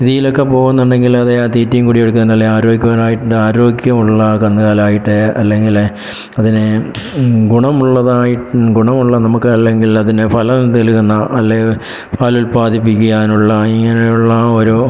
രീതിയിലൊക്കെ പോകുന്നുണ്ടെങ്കിലത് തീറ്റിയും കുടിയും എടുക്കാനല്ലേ ആരോഗ്യപര ആരോഗ്യമുള്ള കന്നുകാലി ആയിട്ട് അല്ലെങ്കിൽ അതിനെ ഗുണമുള്ളതായി ഗുണമുള്ള നമുക്ക് അല്ലെങ്കിൽ അതിന് ഫലം എന്തെങ്കിലും ഉന്ന അല്ലെങ്കിൽ പാൽ ഉൽപ്പാദിപ്പിക്കാനുള്ള ഇങ്ങനെ ഉള്ള ഒരു